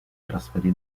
trasferì